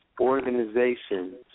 organizations